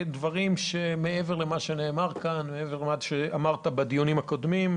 דברים שעוד לא נאמרו כאן ושעוד לא אמרת בדיונים הקודמים.